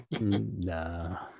Nah